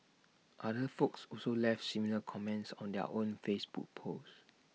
other folks also left similar comments on their own Facebook post